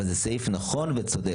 אבל זה סעיף נכון וצודק.